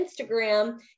Instagram